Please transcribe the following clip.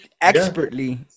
expertly